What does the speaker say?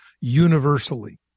universally